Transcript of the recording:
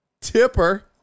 tipper